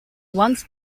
once